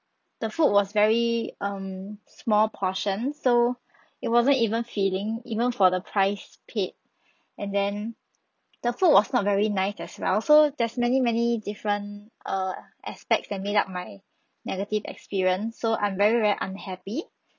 the food was very um small portion so it wasn't even filling even for the price paid and then the food was not very nice as well so there's many many different err aspects that made up my negative experience so I'm very very unhappy